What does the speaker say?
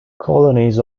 colonies